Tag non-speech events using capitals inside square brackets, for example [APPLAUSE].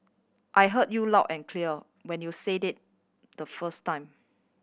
I heard you loud and clear [UNINTELLIGIBLE] when you said it the first time